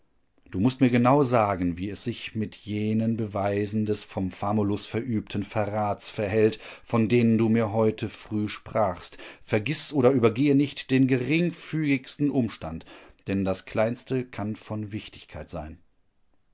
du mußt mir genau sagen wie es sich mit jenen beweisen des vom famulus verübten verrats verhält von denen du mir heute früh sprachst vergiß oder übergehe nicht den geringfügigsten umstand denn das kleinste kann von wichtigkeit sein